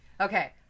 okay